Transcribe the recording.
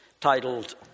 titled